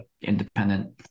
independent